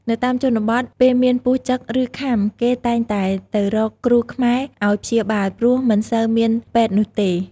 នៅតាមជនបទពេលមានពស់ចឹកឬខាំគេតែងតែទៅរកគ្រួខ្មែរអោយព្យាបាលព្រោះមិនសូវមានពេទ្យនោះទេ។